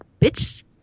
bitch